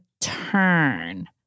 turn